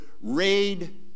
raid